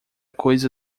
coisa